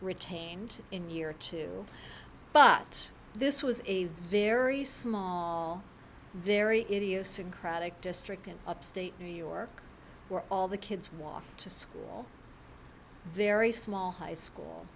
retained in year two but this was a very small very idiosyncratic district in upstate new york where all the kids walk to school very small high